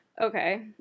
okay